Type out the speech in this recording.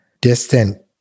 distant